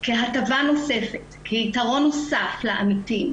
כהטבה נוספת, כיתרון נוסף לעמיתים,